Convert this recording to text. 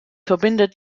verbindet